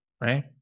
right